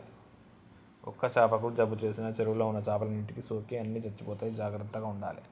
ఒక్క చాపకు జబ్బు చేసిన చెరువుల ఉన్న చేపలన్నిటికి సోకి అన్ని చచ్చిపోతాయి జాగ్రత్తగ ఉండాలే